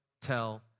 tell